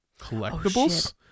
collectibles